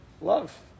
Love